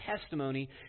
testimony